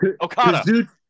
Okada